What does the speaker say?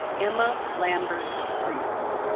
emma lambert priest